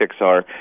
Pixar